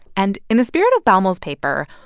and in the spirit of baumol's paper,